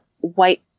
white